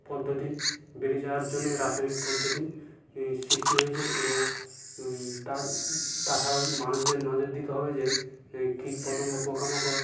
পদ্ধতি বেরিয়ে যাওয়ার জন্য রাসায়নিক পদ্ধতি সৃষ্টি হয়েছে এবং তা তাছাড়াও মানুষদের নজর দিতে হবে যে কীট পতঙ্গ পোকা মাকড়